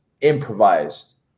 improvised